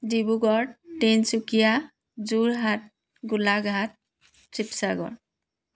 Dibrugarh Tinsukia Jorhat Golaghat Sivasagar